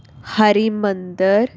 Harimandir